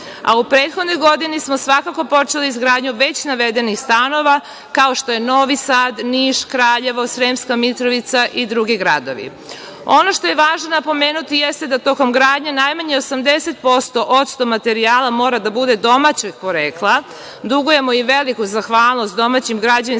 U prethodnoj godini smo svakako počeli izgradnju već navedenih stanova, kao što je Novi Sad, Niš, Kraljevo, Sremska Mitrovica i drugi gradovi. Ono što je važno napomenuti, jeste da tokom gradnje najmanje 80% materijala mora da bude domaćeg porekla. Dugujemo i veliku zahvalnost domaćim građevinskim